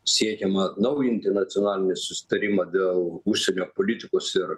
siekiama atnaujinti nacionalinį susitarimą dėl užsienio politikos ir